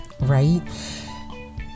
right